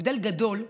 הבדל גדול,